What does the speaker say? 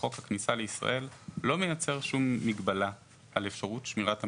בחוק הכניסה לישראל היום לא מייצר שום מגבלה על אפשרות שמירת המידע.